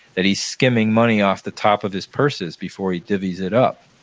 that he's skimming money off the top of his purses before he divvies it up.